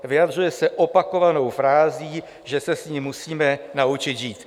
Vyjadřuje se opakovanou frází, že se s ní musíme naučit žít.